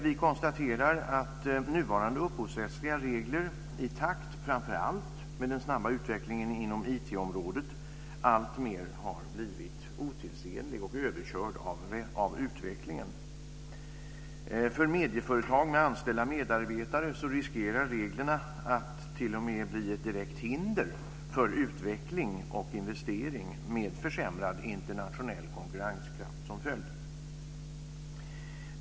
Vi konstaterar att nuvarande upphovsrättsliga regler, framför allt i takt med den snabba utvecklingen inom IT-området, alltmer har blivit otidsenlig och överkörd av utvecklingen. För medieföretag med anställda medarbetare riskerar reglerna t.o.m. att bli ett direkt hinder för utveckling och investering, med försämrad internationell konkurrenskraft som följd.